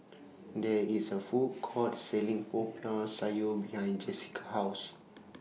There IS A Food Court Selling Popiah Sayur behind Jesica's House